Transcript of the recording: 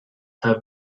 have